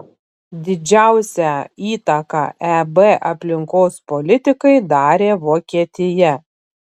didžiausią įtaką eb aplinkos politikai darė vokietija